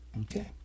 Okay